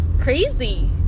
crazy